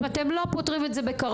אם אתם לא פותרים את זה בקרוב,